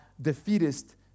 defeatist